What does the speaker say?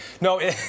No